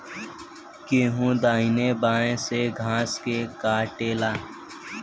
केहू दहिने बाए से घास के काटेला